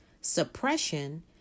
Suppression